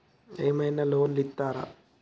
ఏమైనా లోన్లు ఇత్తరా?